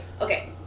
Okay